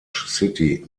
city